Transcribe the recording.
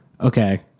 okay